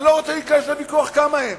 ואני לא רוצה להיכנס לוויכוח כמה הם,